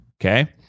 Okay